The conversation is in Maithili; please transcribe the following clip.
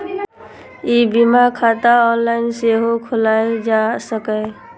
ई बीमा खाता ऑनलाइन सेहो खोलाएल जा सकैए